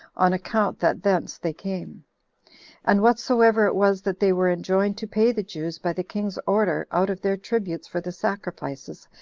on account that thence they came and whatsoever it was that they were enjoined to pay the jews by the king's order out of their tributes for the sacrifices,